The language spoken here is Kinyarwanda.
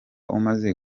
umaze